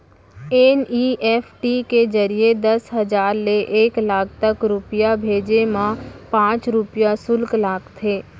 NEFT के जरिए दस हजार ले एक लाख तक रूपिया भेजे मा पॉंच रूपिया सुल्क लागथे